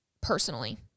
personally